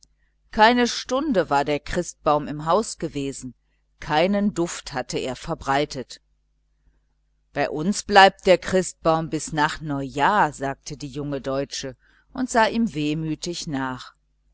keine stunde war der christbaum im haus gewesen keinen duft hatte er verbreitet bei uns bleibt der christbaum bis nach neujahr sagte die junge deutsche und sah ihm wehmütig nach